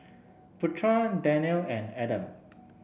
Putra Daniel and Adam